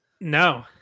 no